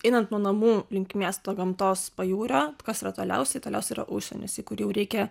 einant nuo namų link miesto gamtos pajūrio kas yra toliausiai toliau yra užsienis į kurį reikia